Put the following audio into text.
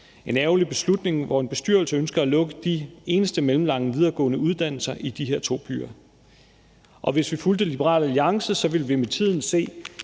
en ærgerlig beslutning, hvor en bestyrelse ønsker at lukke de eneste mellemlange videregående uddannelser i de her to byer. Hvis vi fulgte Liberal Alliance, ville vi med tiden se